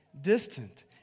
distant